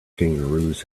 kangaroos